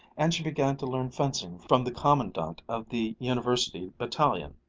and she began to learn fencing from the commandant of the university battalion.